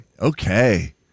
Okay